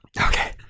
Okay